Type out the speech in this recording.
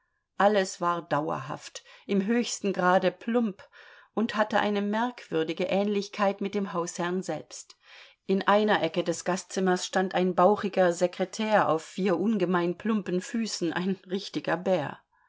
alles war dauerhaft im höchsten grade plump und hatte eine merkwürdige ähnlichkeit mit dem hausherrn selbst in einer ecke des gastzimmers stand ein bauchiger sekretär auf vier ungemein plumpen füßen ein richtiger bär